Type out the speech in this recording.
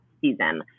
season